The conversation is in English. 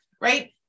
right